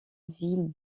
ville